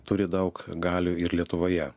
turi daug galių ir lietuvoje